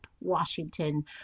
washington